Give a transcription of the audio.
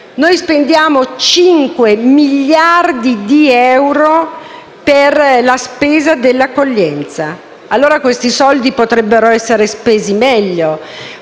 Noi spendiamo 5 miliardi di euro per l'accoglienza; questi soldi potrebbero essere spesi meglio,